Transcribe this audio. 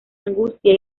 angustia